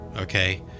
okay